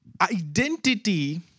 Identity